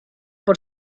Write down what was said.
por